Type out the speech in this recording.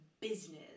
business